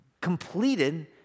Completed